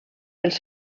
pels